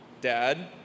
dad